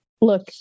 look